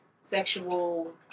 sexual